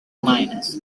minus